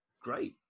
great